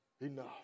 enough